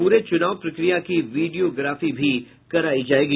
पूरे चुनाव प्रक्रिया की वीडियोग्राफी भी करायी जायेगी